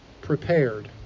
prepared